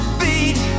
beat